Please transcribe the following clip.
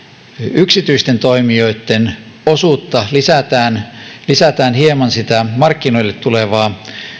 yksityisten toimijoitten osuutta lisätään lisätään hieman sitä markkinoille tulevaa